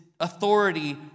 authority